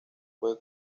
fue